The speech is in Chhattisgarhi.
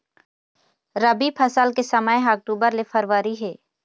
रबी फसल के समय ह अक्टूबर ले फरवरी हे